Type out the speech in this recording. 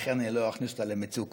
לכן אני לא אכניס אותה למצוקות.